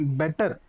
better